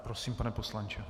Prosím, pane poslanče.